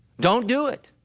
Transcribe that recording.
don't do it.